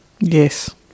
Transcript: Yes